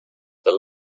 the